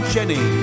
Jenny